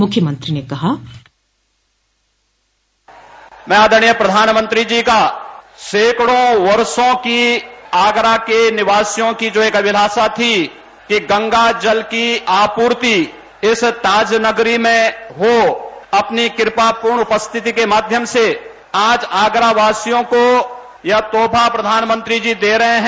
मुख्यमंत्री ने कहा मैं आदरणीय प्रधानमंत्री जी का सैकड़ों वर्षा की आगरा के निवासियों की जो एक अभिलाषा थी कि गंगागज की आपूर्ति इस ताज नगरी में हो अपनी कृपापूर्ण उपस्थिति के माध्यम से आज आगरावासियों को यह तोहफा प्रधानमंत्री जी दे रहे है